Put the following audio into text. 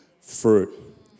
fruit